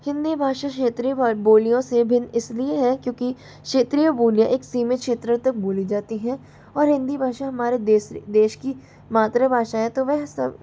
हिंदी भाषा क्षेत्रीय वर्ण बोलियों से भिन्न इसलिए है क्योंकि क्षेत्रीय बोलियां एक सीमित क्षेत्र तक बोली जाती है और हिंदी भाषा हमारे देश देश की मातृभाषा है तो वह सब